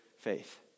faith